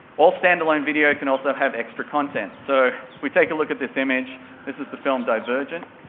all standalone video can also have extra content, so, if we take a look at this image, this is the film divergent,